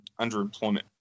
underemployment